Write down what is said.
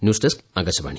news desk Akashvani